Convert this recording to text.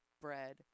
bread